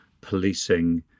policing